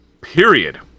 Period